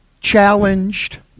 challenged